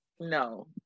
No